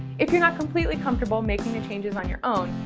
if you're not completely comfortable making the changes on your own,